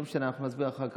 לא משנה, אנחנו נסביר אחר כך.